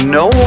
no